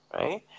Right